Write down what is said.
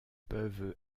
peuvent